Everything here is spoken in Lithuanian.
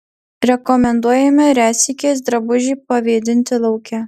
rekomenduojame retsykiais drabužį pavėdinti lauke